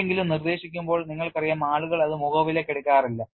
ആരെങ്കിലും നിർദ്ദേശിക്കുമ്പോൾ നിങ്ങൾക്കറിയാം ആളുകൾ അത് മുഖവിലയ്ക്ക് എടുക്കാറില്ല